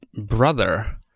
brother